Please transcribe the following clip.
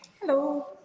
hello